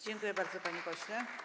Dziękuję bardzo, panie pośle.